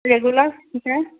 regular হৈ থাকে